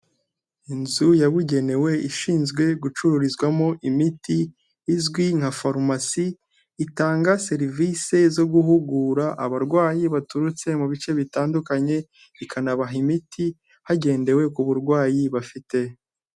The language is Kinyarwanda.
Inzu yabugenewe ishinzwe gucururizwamo imiti izwi nka farumasi, itanga serivisi zo guhugura abarwayi baturutse mu bice bitandukanye, ikanabaha imiti hagendewe ku burwayi bafite.